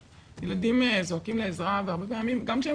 ילדים זועקים לעזרה והרבה פעמים גם כשהם